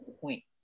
point